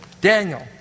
Daniel